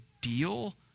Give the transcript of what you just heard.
deal